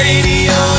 Radio